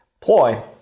ploy